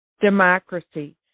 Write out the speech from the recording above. democracy